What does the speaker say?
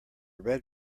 red